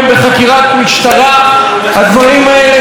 הדברים האלה מעלים חשדות כבדים,